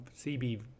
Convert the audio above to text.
CB